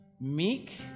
Meek